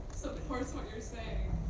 supports what you're saying?